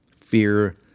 fear